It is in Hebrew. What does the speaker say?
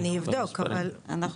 אני אבדוק, אבל, אוקי.